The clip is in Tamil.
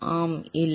ஆம் அல்லது இல்லை